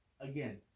Again